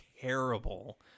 terrible